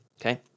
Okay